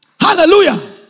Hallelujah